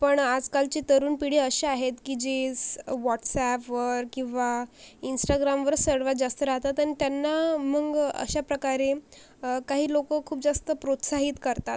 पण आजकालची तरुण पिढी अशी आहेत की जीस वॉट्सअॅपवर किंवा इन्स्टाग्रामवरच सर्वात जास्त राहतात आणि त्यांना मग अशा प्रकारे काही लोक खूप जास्त प्रोत्साहित करतात